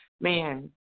Man